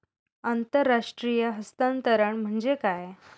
आंतरराष्ट्रीय हस्तांतरण म्हणजे काय?